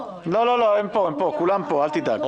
בבקשה.